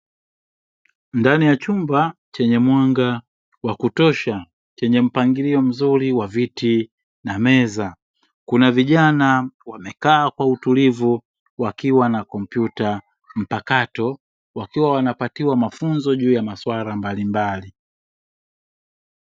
Ndani ya chumba chenye mwanga wa kutosha, chenye mpangilio mzuri wa viti na meza; kuna vijana wamekaa kwa utulivu wakiwa na kompyuta mpakato, wakiwa wanapatiwa mafunzo juu ya masuala mbalimbali.